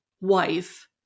wife